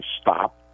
stop